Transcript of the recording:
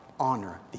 honor